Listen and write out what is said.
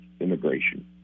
immigration